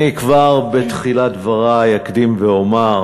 אני כבר בתחילת דברי אומר: